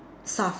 soft